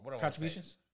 contributions